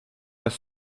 las